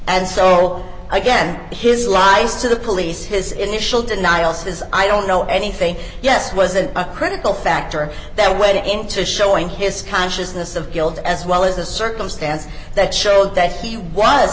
and so again his lies to the police his initial denials as i don't know anything yes wasn't a critical factor that went into showing his consciousness of guilt as well as a circumstance that showed that he was